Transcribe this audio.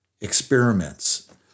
experiments